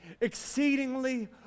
exceedingly